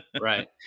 Right